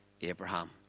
Abraham